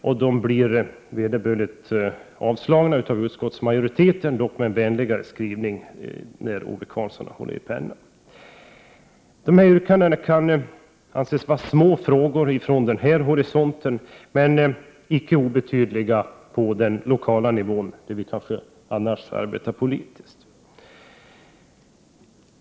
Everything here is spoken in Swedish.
Dessa har blivit vederbörligen avstyrkta av utskotts 9 maj 1989 majoriteten, dock med en vänligare skrivning, eftersom Ove Karlsson har hållit i pennan. Det kan anses röra sig om små frågor, sedda från riksdagens horisont, men de är icke obetydliga på den lokala nivån, där vi kanske annars arbetar politiskt.